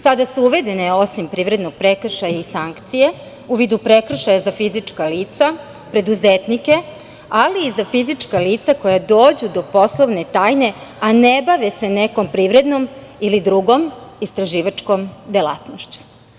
Sada su uvedene, osim privrednog prekršaja i sankcije u vidu prekršaja za fizička lica, preduzetnike, ali i za fizička lica koja dođu do poslovne tajne, a ne bave se nekom privrednom ili drugom istraživačkom delatnošću.